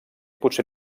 potser